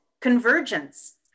convergence